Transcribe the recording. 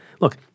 Look